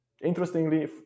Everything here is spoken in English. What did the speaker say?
Interestingly